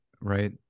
right